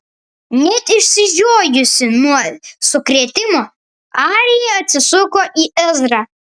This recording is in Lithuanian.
net išsižiojusi nuo sukrėtimo arija atsisuko į ezrą